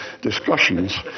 discussions